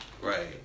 Right